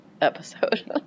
Episode